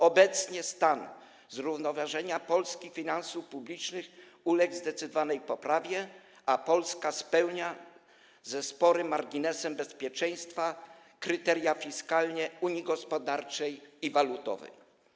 Obecnie stan zrównoważenia polskich finansów publicznych uległ zdecydowanej poprawie, a Polska spełnia, ze sporym marginesem bezpieczeństwa, kryteria fiskalne Unii Gospodarczej i Walutowej.